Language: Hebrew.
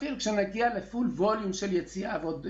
אפילו כשנגיע לנפח יציאה מלאה,